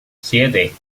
siete